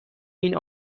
این